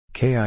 KI